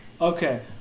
Okay